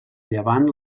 llevant